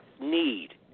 need